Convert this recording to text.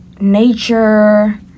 nature